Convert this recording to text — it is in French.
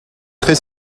très